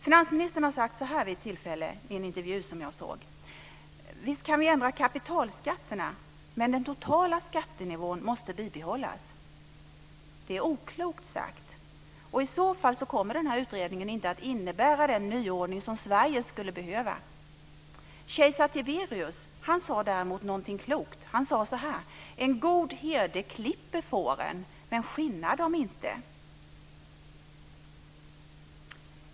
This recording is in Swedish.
Finansministern har sagt så här i en intervju som jag såg: Visst kan vi ändra kapitalskatterna, men den totala skattenivån måste bibehållas. Det är oklokt sagt. I så fall kommer den här utredningen inte att innebära den nyordning som Sverige skulle behöva. Kejsar Tiberius sade däremot någonting klokt. Han sade så här: En god herde klipper fåren men skinnar dem inte.